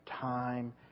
time